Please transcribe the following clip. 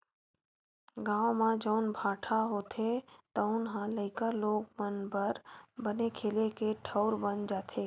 गाँव म जउन भाठा होथे तउन ह लइका लोग मन बर बने खेले के ठउर बन जाथे